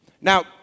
Now